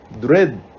dread